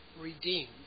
redeemed